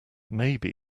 maybe